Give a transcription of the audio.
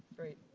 great,